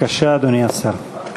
בבקשה, אדוני השר.